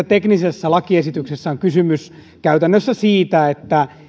teknisessä lakiesityksessä on kysymys käytännössä siitä että